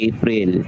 April